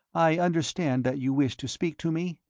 i understand that you wish to speak to me?